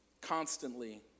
constantly